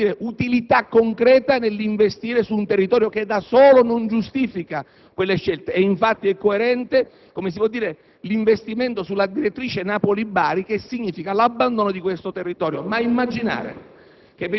non vi è alcuna utilità concreta nell'investire su un territorio che da solo non giustifica quelle scelte. Infatti, coerentemente si dispone l'investimento sulla direttrice Napoli-Bari, che comporta l'abbandono di questo territorio. Immaginare